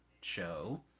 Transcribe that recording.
show